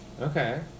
Okay